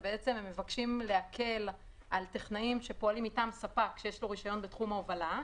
זה להקל על טכנאים שפועלים מטעם ספק שיש לו רישיון בתחום ההובלה,